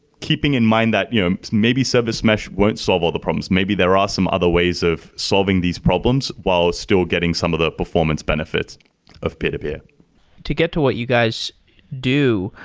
keeping in mind that you know maybe service mesh won't solve all the problems. maybe there are some other ways of solving these problems while still getting some of the performance benefits of peer-to-peer to get to what you guys do,